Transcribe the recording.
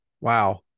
Wow